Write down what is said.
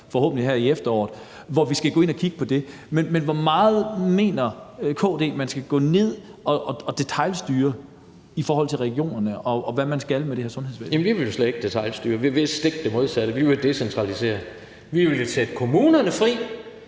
forhåbentlig her i efteråret, hvor vi skal gå ind og kigge på det. Men hvor meget mener KD, man skal gå ned og detailstyre i forhold til regionerne og hvad man skal med det her sundhedsvæsen? Kl. 16:42 Jens Rohde (KD): Jamen vi vil slet ikke detailstyre, vi vil det stik modsatte. Vi vil decentralisere, vi vil sætte kommunerne fri